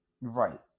right